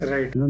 Right